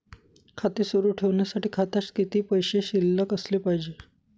खाते सुरु ठेवण्यासाठी खात्यात किती पैसे शिल्लक असले पाहिजे?